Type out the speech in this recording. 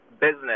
business